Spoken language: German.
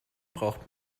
braucht